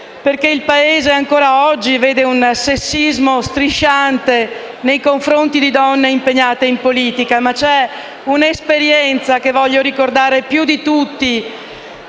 il Paese ancora oggi vede un sessismo strisciante nei confronti di donne impegnate in politica. Vi è, tuttavia, un'esperienza che desidero ricordare più di tutte,